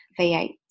v8